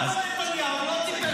למה נתניהו לא טיפל?